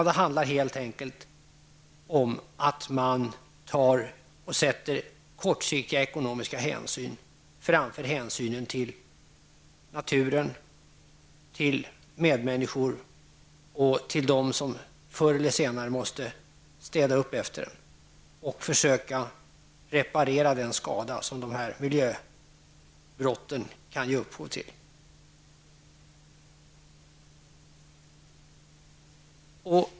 Det handlar helt enkelt om att man sätter kortsiktiga ekonomiska hänsyn framför hänsynen till naturen, medmänniskor och dem som förr eller senare måste städa upp efter och försöka reparera de skador som miljöbrotten kan ge upphov till.